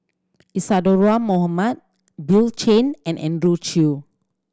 Isadhora Mohamed Bill Chen and Andrew Chew